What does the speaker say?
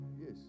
Yes